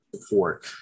support